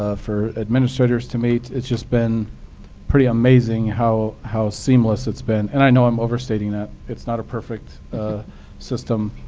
ah for administrators to meet, it's just been pretty amazing how how seamless. it's been. and i know i'm overstating that. it's not a perfect system.